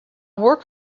work